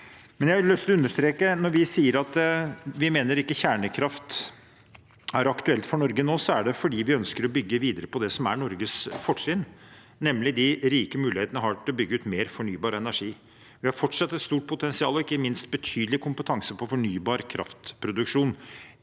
Når vi sier at vi mener kjernekraft ikke er aktuelt for Norge nå, er det fordi vi ønsker å bygge videre på det som er Norges fortrinn, nemlig de rike mulighetene vi har til å bygge ut mer fornybar energi. Vi har fortsatt et stort potensial for og ikke minst betydelig kompetanse på fornybar kraftproduksjon,